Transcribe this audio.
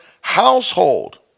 household